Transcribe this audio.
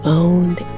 owned